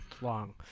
long